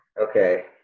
Okay